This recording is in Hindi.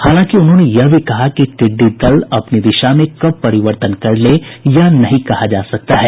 हालांकि उन्होंने यह भी कहा कि टिड्डी दल अपनी दिशा में कब परिवर्तन कर ले यह नहीं कहा जा सकता है